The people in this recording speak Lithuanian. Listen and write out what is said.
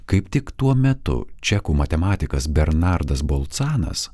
kaip tik tuo metu čekų matematikas bernardas bolcanas